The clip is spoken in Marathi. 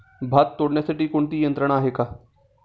भात तोडण्यासाठी कोणती यंत्रणा आहेत का?